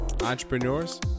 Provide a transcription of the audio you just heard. entrepreneurs